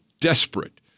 desperate